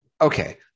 okay